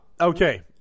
Okay